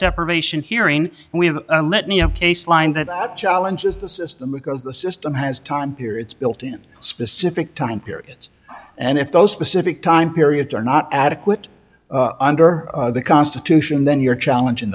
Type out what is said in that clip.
deprivation hearing and we have a litany of case lined that challenges the system because the system has time periods built in a specific time periods and if those specific time periods are not adequate a under the constitution then you're challenging